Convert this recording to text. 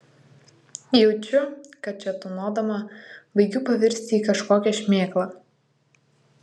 jaučiu kad čia tūnodama baigiu pavirsti į kažkokią šmėklą